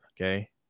Okay